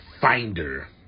finder